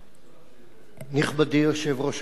נכבדי יושב-ראש הכנסת,